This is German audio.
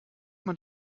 man